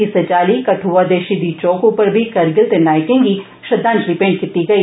इस्सै चाल्ली कठ्आ दे षहीदी चौक उप्पर बी कारगिल दे नायकें गी श्रद्वांजलि भेंट कीती गेई